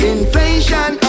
Inflation